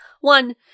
one